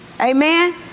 Amen